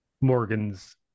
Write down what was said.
Morgan's